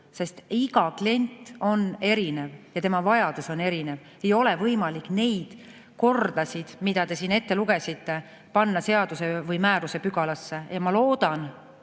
sest iga klient on erinev ja tema vajadus on erinev. Ei ole võimalik neid kordasid, mida te siin ette lugesite, panna seaduse või määruse pügalasse. Ma loodan,